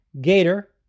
Gator